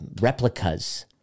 replicas